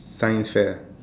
science fair